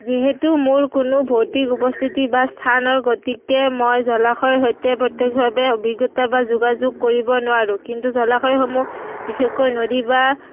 যিহেতু মোৰ কোনো ভৌতিক উপস্থিতি বা স্থানৰ গতিকে মই জলাশয়ৰ সৈতে প্ৰত্যেকভাৱে অভিজ্ঞতা বা যোগাযোগ কৰিব নোৱাৰোঁ কিন্তু জলাশয়সমূহ বিশেষকৈ নদী বা